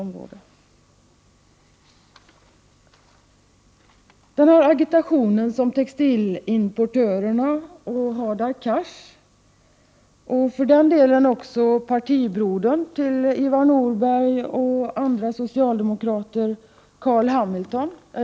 Så till den agitation som textilimportörerna och Hadar Cars bedriver — och för den delen också Ivar Nordbergs partibroder, Carl Hamilton.